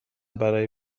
برا